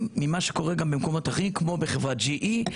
ממה שקורה גם במקומות אחרים כמו בחברת GE ,